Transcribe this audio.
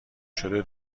شده